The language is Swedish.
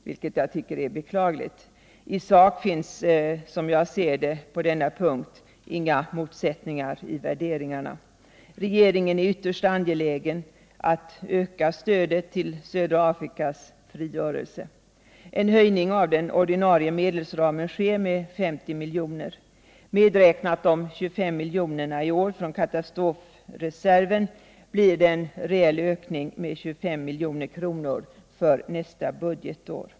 Jag tycker att det är beklagligt att man gör så. I sak finns, som jag ser det, på denna punkt inga motsättningar i värderingarna. Regeringen är ytterst angelägen att öka stödet till södra Afrikas frigörelse. En höjning av den ordinarie medelsramen sker med 50 milj.kr. Om man medräknar de 25 miljonerna i år från katastrofreserven blir det en reell ökning med 25 milj.kr. för nästa budgetår.